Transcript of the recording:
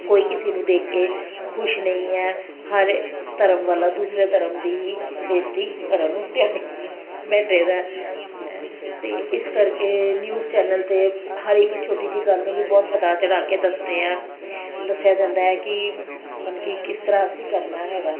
ਕੋਈ ਕਿਸੇ ਨੂੰ ਦੇਖ ਕੇ ਖੁਸ਼ ਨਹੀਂ ਹੈ ਹਰ ਧਰਮ ਵਾਲਾ ਦੂਸਰੇ ਧਰਮ ਦੀ ਬੇਇੱਜ਼ਤੀ ਕਰਨ ਨੂੰ ਤਿਆਰ ਬੈਠੇ ਦਾ ਅਤੇ ਇਸ ਕਰਕੇ ਨਿਊਜ਼ ਚੈਨਲ ਅਤੇ ਹਰ ਇੱਕ ਛੋਟੀ ਜਿਹੀ ਗੱਲ ਨੂੰ ਵੀ ਬਹੁਤ ਵਧਾ ਚੜ੍ਹਾ ਕੇ ਦੱਸਦੇ ਹੈ ਦੱਸਿਆ ਜਾਂਦਾ ਹੈ ਕਿ ਮਤਲਬ ਕਿ ਕਿਸ ਤਰ੍ਹਾਂ ਅਸੀਂ ਕਰਨਾ ਹੈਗਾ